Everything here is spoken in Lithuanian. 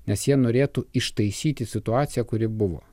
nes jie norėtų ištaisyti situaciją kuri buvo